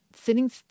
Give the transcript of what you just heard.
sitting